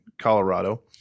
Colorado